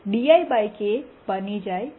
D I કે બની જાય છે